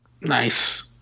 Nice